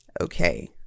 Okay